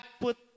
put